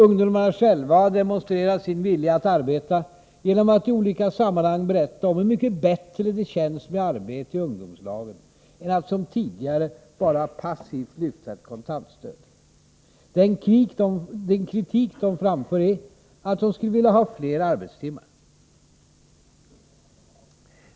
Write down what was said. Ungdomarna själva har demonstrerat sin vilja att arbeta genom att i olika sammanhang berätta om hur mycket bättre det känns med arbete i ungdomslagen, än att som tidigare bara passivt lyfta ett kontantstöd. Den kritik de framför är att de skulle vilja ha fler arbetstimmar.